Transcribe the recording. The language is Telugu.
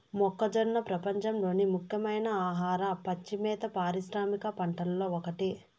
మొక్కజొన్న ప్రపంచంలోని ముఖ్యమైన ఆహార, పచ్చి మేత పారిశ్రామిక పంటలలో ఒకటి